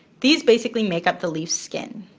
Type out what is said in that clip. these basically make up the leaf's skin.